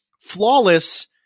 flawless